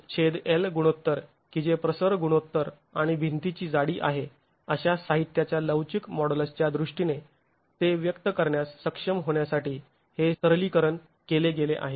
hLगुणोत्तर की जे प्रसर गुणोत्तर आणि भिंतीची जाडी आहे अशा साहित्याच्या लवचिक मॉडुलसच्या दृष्टीने ते व्यक्त करण्यास सक्षम होण्यासाठी हे सरलीकरण केले गेले आहे